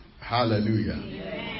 Hallelujah